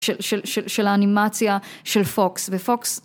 של האנימציה של פוקס. ופוקס